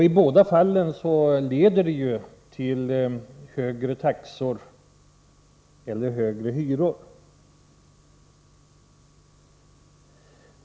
I båda fallen leder skatten till högre taxor eller högre hyror.